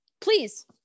Please